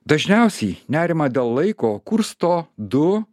dažniausiai nerimą dėl laiko kursto du